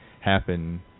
happen